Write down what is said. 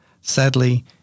Sadly